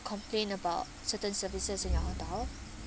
complain about certain services in your hotel